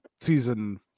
season